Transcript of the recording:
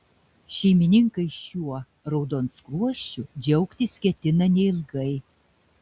šeimininkai šiuo raudonskruosčiu džiaugtis ketina neilgai